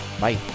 Bye